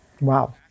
Wow